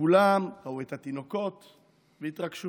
וכולם ראו את התינוקות והתרגשו.